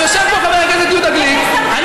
בתי הדין היו בוועדה.